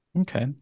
Okay